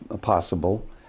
possible